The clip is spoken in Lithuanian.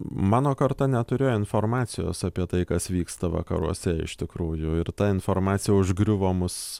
mano karta neturėjo informacijos apie tai kas vyksta vakaruose iš tikrųjų ir ta informacija užgriuvo mus